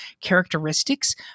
characteristics